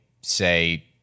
say